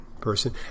person